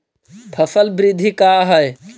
फसल वृद्धि का है?